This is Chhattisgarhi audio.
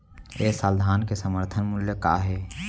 ए साल धान के समर्थन मूल्य का हे?